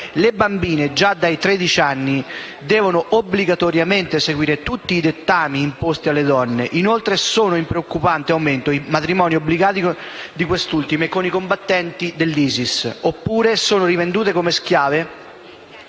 Le bambine, già dall'età di tredici anni, devono obbligatoriamente seguire tutti i dettami imposti alle donne. Inoltre sono in preoccupante aumento i matrimoni obbligati di queste ultime con i combattenti dell'ISIS, oppure sono rivendute come schiave